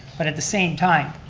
but, at the same time,